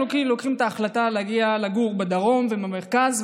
הם לוקחים את ההחלטה להגיע לגור בדרום ובמרכז.